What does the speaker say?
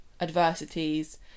adversities